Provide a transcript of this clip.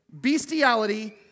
bestiality